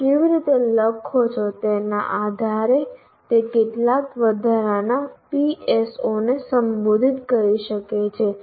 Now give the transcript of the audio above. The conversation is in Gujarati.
તમે કેવી રીતે લખો છો તેના આધારે તે કેટલાક વધારાના PSO ને સંબોધિત કરી શકે છે